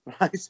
right